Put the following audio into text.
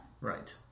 Right